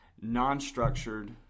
non-structured